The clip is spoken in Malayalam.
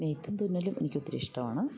നെയ്ത്തും തുന്നലും എനിക്ക് ഒത്തിരിഷ്ടവാണ്